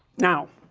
now,